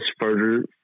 further